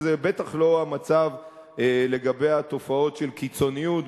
וזה בטח לא המצב לגבי התופעות של קיצוניות,